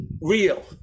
real